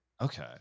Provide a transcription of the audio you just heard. Okay